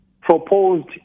proposed